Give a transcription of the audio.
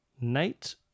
Nate